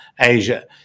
Asia